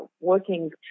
working